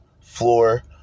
floor